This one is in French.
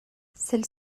celle